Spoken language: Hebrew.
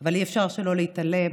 אבל אי-אפשר להתעלם